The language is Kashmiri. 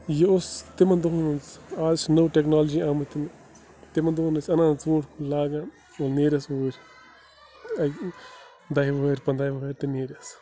یہِ اوس تِمن دۄہن منٛز آز چھِ نٔو ٹٮ۪کنالجی آمٕتۍ تِمن دۄہَن ٲسۍ اَنان ژوٗنٛٹھۍ کُلۍ لاگان ییٚلہِ نیرٮ۪س وٕہٕرۍ اَکہِ دَہہِ وٕہٕرۍ پنٛدہاے وٕہٕرۍ تہِ نیرٮ۪س